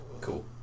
Cool